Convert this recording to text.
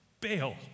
bail